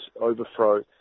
overthrow